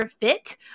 fit